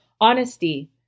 honesty